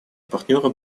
партнера